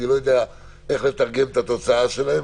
אני לא יודע איך לתרגם את התוצאה שלהם.